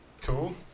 Two